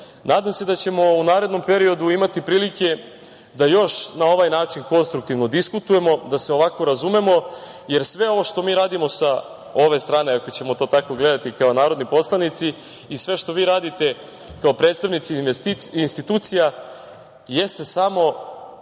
se da ćemo u narednom periodu imati prilike da još na ovaj način konstruktivno diskutujemo, da se ovako razumemo, jer sve ovo što mi radimo sa ove strane, ako ćemo to tako gledati, kao narodni poslanici, i sve što vi radite kao predstavnici institucija jeste samo